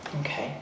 Okay